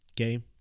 okay